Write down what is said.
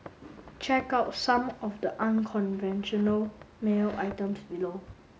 check out some of the unconventional mail items below